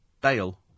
Bale